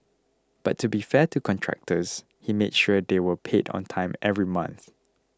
but to be fair to contractors he made sure they were paid on time every month